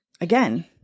Again